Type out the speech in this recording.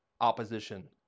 opposition